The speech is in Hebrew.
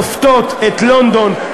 לופתות את לונדון,